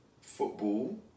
football